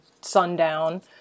sundown